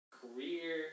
career